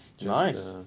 Nice